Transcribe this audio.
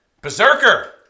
Berserker